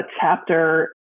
chapter